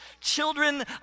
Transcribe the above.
children